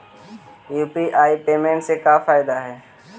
UPI payment से का फायदा है?